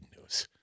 news